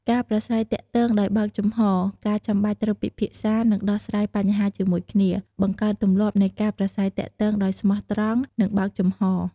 ការប្រាស្រ័យទាក់ទងដោយបើកចំហរ ការចាំបាច់ត្រូវពិភាក្សា និងដោះស្រាយបញ្ហាជាមួយគ្នា បង្កើតទម្លាប់នៃការប្រាស្រ័យទាក់ទងដោយស្មោះត្រង់ និងបើកចំហរ។